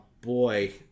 boy